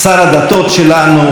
שר הדתות שלנו,